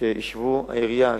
שישבו מהעירייה,